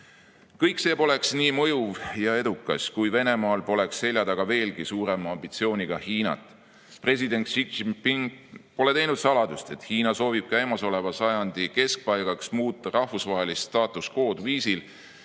see poleks nii mõjuv ja edukas, kui Venemaal poleks selja taga veelgi suurema ambitsiooniga Hiinat. President Xi Jinping pole teinud saladust, et Hiina soovib käimasoleva sajandi keskpaigaks muuta rahvusvaheliststatus quo'd viisil,